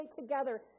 together